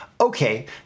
Okay